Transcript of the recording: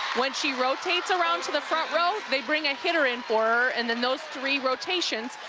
when she rotates around to the front row, they bring a hitter in for her and then though three rotations,